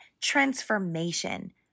transformation